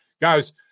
guys